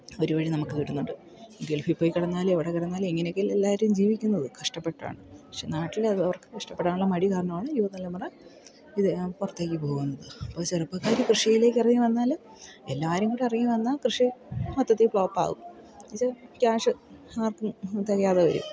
അവർ വഴി നമുക്ക് കിട്ടുന്നുണ്ട് ഗൾഫിൽ പോയി കിടന്നാൽ എവിടെ കിടന്നാൽ ഇങ്ങനെയൊക്കെ അല്ലേ എല്ലാവരും ജീവിക്കുന്നത് കഷ്ടപ്പെട്ടാണ് പക്ഷേ നാട്ടിലുള്ളവർക്ക് കഷ്ടപ്പെടാനുള്ള മടി കാരണമാണ് യുവ തലമുറ ഇത് പുറത്തേക്ക് പോകുന്നത് അപ്പോൾ ചെറുപ്പക്കാർ കൃഷിയിലേക്കിറങ്ങി വന്നാൽ എല്ലാവരുംകൂടെ ഇറങ്ങി വന്നാൽ കൃഷി മൊത്തത്തിൽ ഫ്ലോപ്പ് ആവും എന്നുവെച്ചാൽ ക്യാഷ് ആർക്കും തികയാതെ വരും